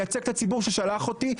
לייצג את הציבור ששלח אותי,